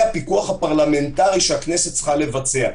הפיקוח הפרלמנטרי שהכנסת צריכה לבצע.